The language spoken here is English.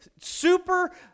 super